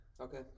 Okay